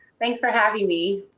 thanks for having me.